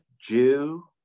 Jew